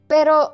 Pero